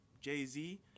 Jay-Z